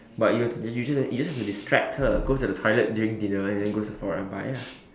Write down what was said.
but you you just have to you just have to distract her go to the toilet during dinner and then go Sephora and buy ah